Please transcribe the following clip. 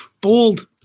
bold